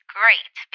great